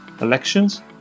elections